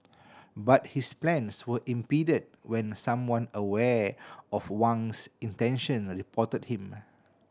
but his plans were impeded when someone aware of Wang's intention reported him